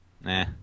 Nah